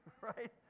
Right